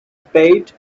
spade